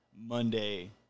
Monday